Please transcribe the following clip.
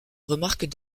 remarquent